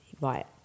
Right